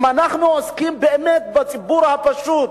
אם אנחנו עוסקים באמת בציבור הפשוט,